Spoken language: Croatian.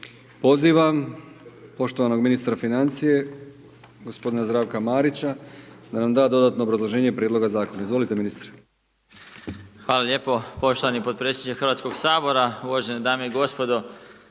Pozivam poštovanog ministra financije, g. Zdravka Marića, da nam da dodatno obrazloženje prijedloga zakona. Izvolite ministre. **Marić, Zdravko** Hvala lijepo poštovani potpredsjedniče Hrvatskog sabora. Uvažene dame i gospodo